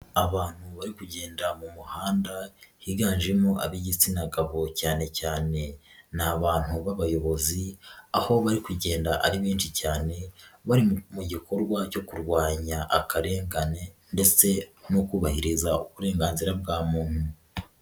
Abantu bari kugenda mu muhanda higanjemo ab'igitsinagabo, cyane cyane ni abantu b'abayobozi aho bari kugenda ari benshi cyane, bari mu gikorwa cyo kurwanya akarengane ndetse no kubahiriza uburenganzira bwa muntu.